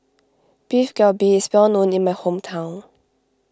Beef Galbi is well known in my hometown